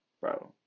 bro